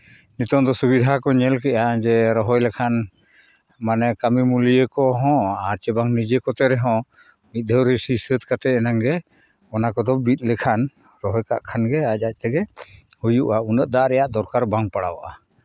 ᱱᱤᱛᱚᱝ ᱫᱚ ᱥᱩᱵᱤᱫᱷᱟ ᱠᱚ ᱧᱮᱞ ᱠᱮᱫᱼᱟ ᱡᱮ ᱨᱚᱦᱚᱭ ᱞᱮᱠᱷᱟᱱ ᱢᱟᱱᱮ ᱠᱟᱹᱢᱤ ᱢᱩᱞᱭᱟᱹ ᱠᱚᱦᱚᱸ ᱟᱨ ᱪᱮᱵᱟᱝ ᱱᱤᱡᱮ ᱠᱚᱛᱮ ᱨᱮᱦᱚᱸ ᱢᱤᱫ ᱫᱷᱟᱹᱣ ᱨᱮ ᱥᱤ ᱥᱟᱹᱛ ᱠᱟᱛᱮᱫ ᱮᱱᱟᱝ ᱜᱮ ᱚᱱᱟ ᱠᱚᱫᱚ ᱵᱤᱫ ᱞᱮᱠᱷᱟᱱ ᱨᱚᱦᱚᱭ ᱠᱟᱜ ᱠᱷᱟᱱ ᱜᱮ ᱟᱡᱼᱟᱡ ᱛᱮᱜᱮ ᱦᱩᱭᱩᱜᱼᱟ ᱩᱱᱟᱹᱜ ᱫᱟᱜ ᱨᱮᱭᱟᱜ ᱫᱚᱨᱠᱟᱨ ᱵᱟᱝ ᱯᱟᱲᱟᱜᱼᱟ